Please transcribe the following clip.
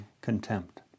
contempt